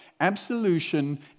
Absolution